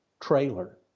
trailer